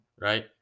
right